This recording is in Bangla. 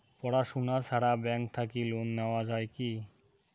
পড়াশুনা ছাড়া ব্যাংক থাকি লোন নেওয়া যায় কি?